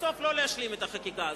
בסוף לא להשלים את החקיקה הזו,